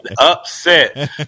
upset